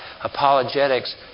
apologetics